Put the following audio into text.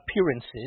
appearances